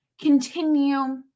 continue